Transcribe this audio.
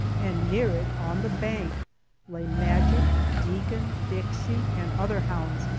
and near it on the bank lay magic, deacon, dixie, and other hounds,